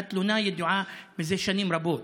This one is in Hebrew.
והתלונה ידועה מזה שנים רבות,